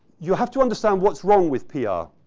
you have to understand what's wrong with pr. ah